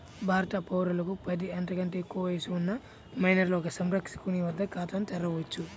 భారత పౌరులకు పది, అంతకంటే ఎక్కువ వయస్సు ఉన్న మైనర్లు ఒక సంరక్షకుని వద్ద ఖాతాను తెరవవచ్చు